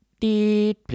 Please